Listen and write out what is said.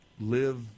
live